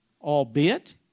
albeit